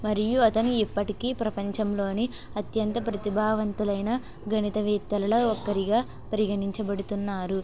మరియు అతను ఇప్పటికీ ప్రపంచంలోని అత్యంత ప్రతిభావంతులైన గణితవేత్తలలో ఒక్కరిగా పరిగణించబడుతున్నారు